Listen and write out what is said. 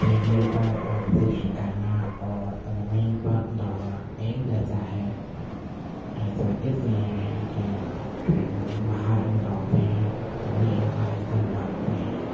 trade مل پر ورزش کرنا اور زمین پر دوڑنا ایک جیسا ہے ایسا اس لیے ہے کہ ٹریڈ مل باہر ہم دوڑتے ہیں تو بھی ہم آگے کی طرف بھاگتے ہیں